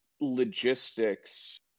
logistics